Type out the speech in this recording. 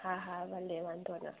हा हा भले वांदो न